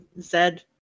Zed